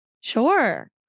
Sure